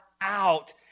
out